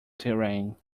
terrain